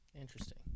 Interesting